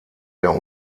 der